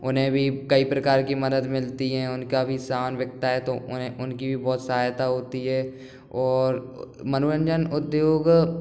उन्हें भी कई प्रकार की मदद मिलती है उनका भी सामान बिकता है तो उन्हें उनकी भी बहुत सहायता होती है और मनोरंजन उद्योग